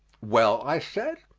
well, i said,